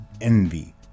envy